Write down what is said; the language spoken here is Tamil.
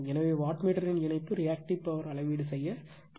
எனவே வாட்மீட்டரின் இணைப்பு ரியாக்டிவ் பவர் அளவீடு செய்ய பயன்படுத்தலாம்